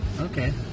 okay